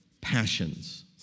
passions